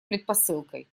предпосылкой